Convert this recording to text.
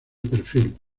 perfil